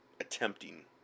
attempting